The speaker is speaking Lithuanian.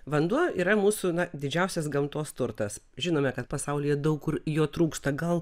vanduo yra mūsų na didžiausias gamtos turtas žinome kad pasaulyje daug kur jo trūksta gal